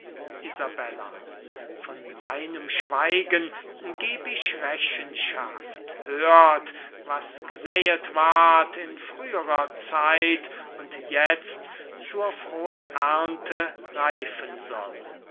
von meinem schweigen geb ich rechenschaft hört was gesäet ward in frührer zeit und jetzt zur frohen ernte reifen soll